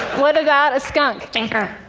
what about a skunk? stinker.